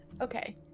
Okay